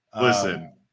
Listen